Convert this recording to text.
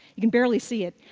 you can barely see it.